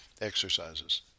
exercises